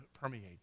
permeate